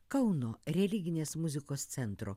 kauno religinės muzikos centro